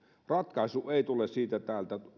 ratkaisu ei tule siitä että